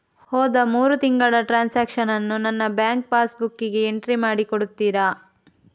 ಹೋದ ಮೂರು ತಿಂಗಳ ಟ್ರಾನ್ಸಾಕ್ಷನನ್ನು ನನ್ನ ಬ್ಯಾಂಕ್ ಪಾಸ್ ಬುಕ್ಕಿಗೆ ಎಂಟ್ರಿ ಮಾಡಿ ಕೊಡುತ್ತೀರಾ?